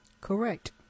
Correct